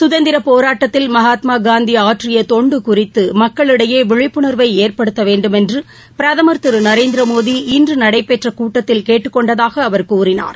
சுதந்திரப் போராட்டத்தில் மகாத்மா காந்தி ஆற்றிய தொண்டு குறித்து மக்களிடையே விழிப்புண்வை ஏற்படுத்த வேண்டுமென்று பிரதமர் திரு நரேந்திரமோடி இன்று நடைபெற்ற கூட்டத்தில் கேட்டுக் கொண்டதாக அவர் கூறினார்